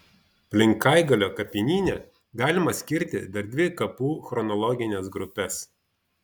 plinkaigalio kapinyne galima skirti dar dvi kapų chronologines grupes